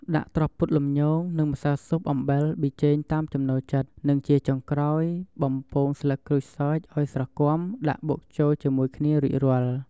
ដាក់ត្រប់ពុតលំញង និង ម្សៅស៊ុប អំបិល ប៊ីចេងតាមចំណូលចិត្ត និងជាចុងក្រោយបំពងស្លឹកក្រូចសើចឱ្យស្រគាំដាក់បុកចូលជាមួយគ្នារួចរាល់។